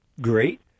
great